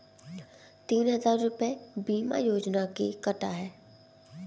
तीन हजार रूपए बीमा योजना के कटा है